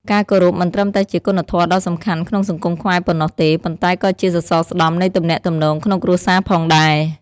ការគោរពមិនត្រឹមតែជាគុណធម៌ដ៏សំខាន់ក្នុងសង្គមខ្មែរប៉ុណ្ណោះទេ ប៉ុន្តែក៏ជាសសរស្តម្ភនៃទំនាក់ទំនងក្នុងគ្រួសារផងដែរ។